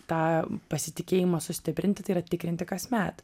tą pasitikėjimą sustiprinti tai yra tikrinti kasmet